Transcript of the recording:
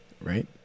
Right